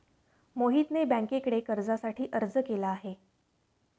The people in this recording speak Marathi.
मोहितने बँकेकडे कर्जासाठी अर्ज केला आहे